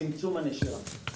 צמצום הנשירה.